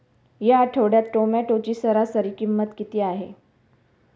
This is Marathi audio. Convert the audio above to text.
या आठवड्यात टोमॅटोची सरासरी किंमत किती आहे?